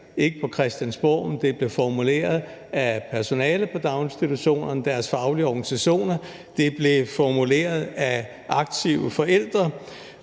ikke på Christiansborg, men af personalet i daginstitutionerne og deres faglige organisationer. Det blev formuleret af aktive forældre,